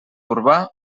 urbà